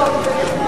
לא.